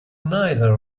neither